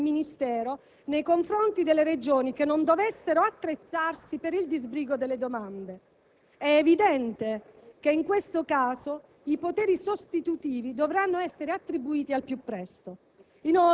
del Ministero nei confronti delle Regioni che non dovessero attrezzarsi per il disbrigo delle domande. È evidente che, in questo caso, i poteri sostitutivi dovranno essere attribuiti al più presto.